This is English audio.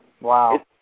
Wow